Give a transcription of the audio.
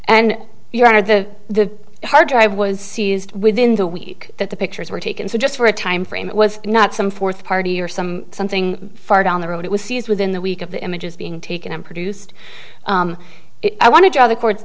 and your honor the hard drive was seized within the week that the pictures were taken so just for a time frame it was not some forth party or some something far down the road it was seized within the week of the images being taken and produced i want to draw the court